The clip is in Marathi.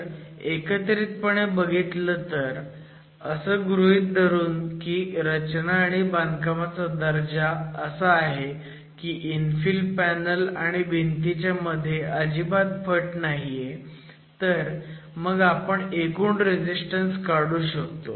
तर एकत्रितपणे बघितलं तर असं गृहीत धरून की रचना आणि बांधकामाचा दर्जा असा आहे की इन्फिल पॅनल आणि भिंती च्या मध्ये अजिबात फट नाहीये तर मग आपण एकूण रेझीस्टन्स काढू शकतो